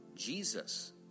jesus